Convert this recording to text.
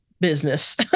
business